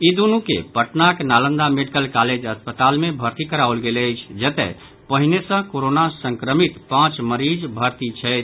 ई दूनू के पटनाक नालंदा मेडिकल कॉलेज अस्पताल मे भर्ती कराओल गेल अछि जतय पहिने सँ कोरोना संक्रमित पांच मरीज भर्ती छथि